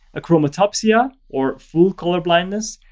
achromatopsia, or full color blindness,